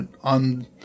on